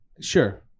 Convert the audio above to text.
sure